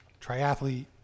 triathlete